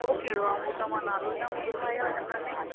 उहो कहिड़ो आहे हू त मां नालो ई न ॿुधो आहे अञा ताईं